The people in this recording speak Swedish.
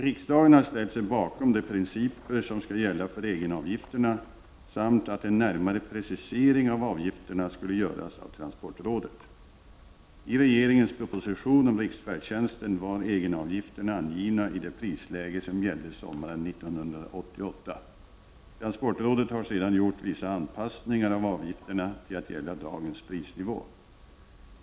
Riksdagen har ställt sig bakom de principer som skall gälla för egenavgifterna samt att en närmare precisering av avgifterna skulle göras av transportrådet. I regeringens proposition om riksfärdtjänsten var egenavgifterna an givna i det prisläge som gällde sommaren 1988. Transportrådet har sedan gjort vissa anpassningar av avgifterna till att gälla dagens prisnivå.